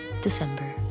December